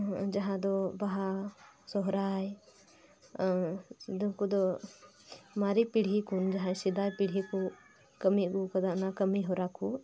ᱡᱟᱦᱟᱸ ᱫᱚ ᱵᱟᱦᱟ ᱥᱚᱦᱚᱨᱟᱭ ᱟᱫᱚᱢ ᱠᱚᱫᱚ ᱢᱟᱨᱮ ᱯᱤᱲᱦᱤᱠᱩ ᱡᱟᱦᱟᱭ ᱯᱤᱲᱦᱤ ᱠᱩ ᱠᱟᱹᱢᱤ ᱟᱹᱜᱩ ᱟᱠᱟᱫᱟ ᱚᱱᱟ ᱠᱟᱹᱢᱤ ᱦᱚᱨᱟ ᱠᱩ